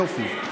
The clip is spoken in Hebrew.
יופי.